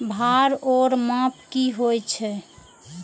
भार ओर माप की होय छै?